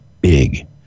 big